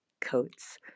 coats